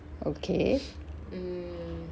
okay